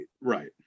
right